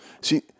See